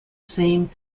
same